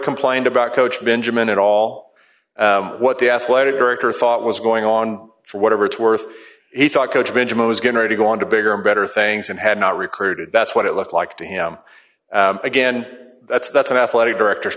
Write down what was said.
complained about coach been jamin at all what the athletic director thought was going on for whatever it's worth he thought coach benjamin was going to go on to bigger and better things and had not recruited that's what it looked like to him again that's that's an athletic director